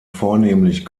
vornehmlich